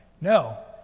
No